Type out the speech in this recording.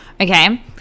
okay